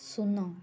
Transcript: ଶୂନ